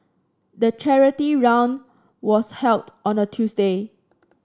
the charity run was held on a Tuesday